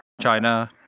China